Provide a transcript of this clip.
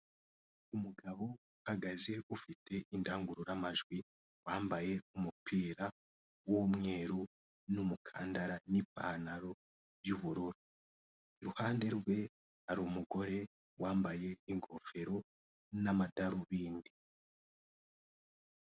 Umugabo uhagaze ufite indangururamajwi, wambaye umupira w'umweru n'umukandara n'ipantaro y'ubururu, iruhande rwe hari umugore wambaye ingofero n'amadarubindi.